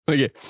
Okay